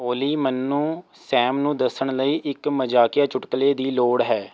ਓਲੀ ਮੈਨੂੰ ਸੈਮ ਨੂੰ ਦੱਸਣ ਲਈ ਇੱਕ ਮਜ਼ਾਕੀਆ ਚੁਟਕਲੇ ਦੀ ਲੋੜ ਹੈ